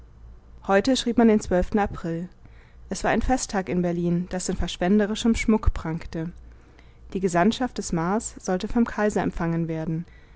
heute schrieb man den april es war ein festtag in berlin das in verschwenderischem schmuck prangte die gesandtschaft des mars sollte vom kaiser empfangen werden